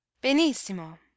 benissimo